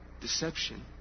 deception